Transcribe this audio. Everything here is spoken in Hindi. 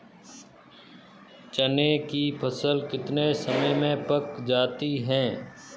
चने की फसल कितने समय में पक जाती है?